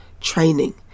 training